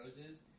roses